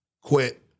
quit